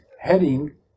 heading